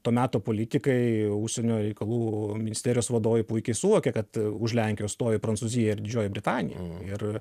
to meto politikai užsienio reikalų ministerijos vadovai puikiai suvokė kad už lenkijos stovi prancūzija ir didžioji britanija ir